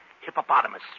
hippopotamus